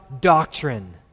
doctrine